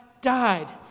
died